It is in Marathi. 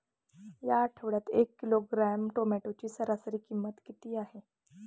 या आठवड्यात एक किलोग्रॅम टोमॅटोची सरासरी किंमत किती आहे?